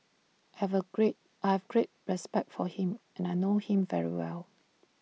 have A great I have great respect for him and I know him very well